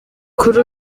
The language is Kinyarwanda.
kuri